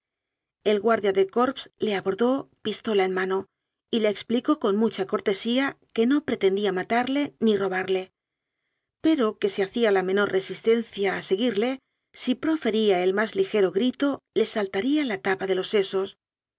el guardia de corps le abordó pistola en mano y le explicó con mucha cortesía que no pretendía matarle ni robarle pero que si hacía la menor resistencia n seguirle si profería el más ligero grito le salta ría la tapa de los sesos